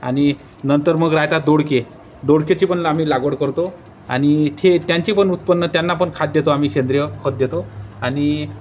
आणि नंतर मग राहतात दोडके दोडकेची पण आम्ही लागवड करतो आणि ते त्यांची पण उत्पन्न त्यांना पण खाद देतो आम्ही सेंद्रिय खत देतो आणि